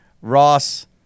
Ross